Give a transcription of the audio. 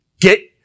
get